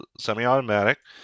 semi-automatic